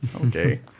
Okay